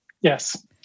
Yes